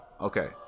Okay